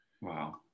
Wow